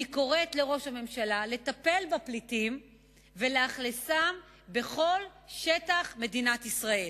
אני קוראת לראש הממשלה לטפל בפליטים ולאכלסם בכל שטח מדינת ישראל.